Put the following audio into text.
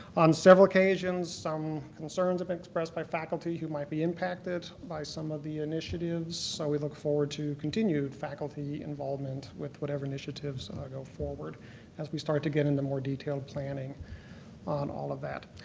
on several occasions, some concerns have been expressed by faculty who might be impacted by some of the initiatives, so we look forward to continued faculty involvement with whatever initiatives and go forward as we start to get into more detailed planning on all of that.